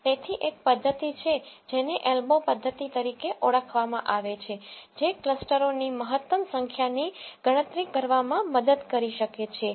તેથી એક પદ્ધતિ છે જેને એલ્બો પદ્ધતિ તરીકે ઓળખવામાં આવે છે જે ક્લસ્ટરોની મહત્તમ સંખ્યાની ગણતરી કરવામાં મદદ કરી શકે છે કે